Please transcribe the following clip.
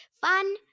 Fun